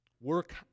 Work